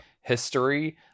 history